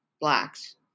blacks